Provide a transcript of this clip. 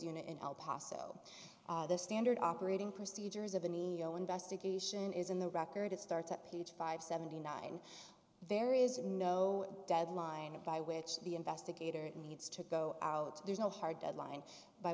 unit in el paso the standard operating procedures of a neo investigation is in the record it starts at page five seventy nine there is no deadline by which the investigator needs to go out there's no hard deadline by